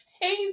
Hey